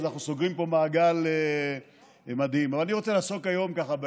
שבאמת עומד מאחורי היום הזה